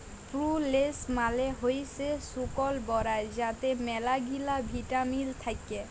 প্রুলেস মালে হইসে শুকল বরাই যাতে ম্যালাগিলা ভিটামিল থাক্যে